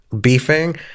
beefing